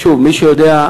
שוב, מי שיודע,